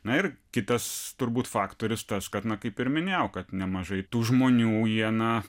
na ir kitas turbūt faktorius tas kad na kaip ir minėjau kad nemažai tų žmonių jie na